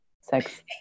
sex